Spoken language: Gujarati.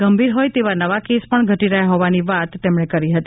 ગંભીર હોય તેવા નવા કેસ પણ ઘટી રહ્યા હોવાની વાત તેમણે કરી હતી